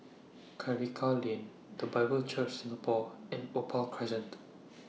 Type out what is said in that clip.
Karikal Lane The Bible Church Singapore and Opal Crescent